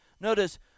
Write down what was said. Notice